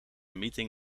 meeting